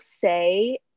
say